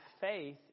faith